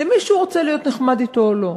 למי שהוא רוצה להיות נחמד אתו או לא.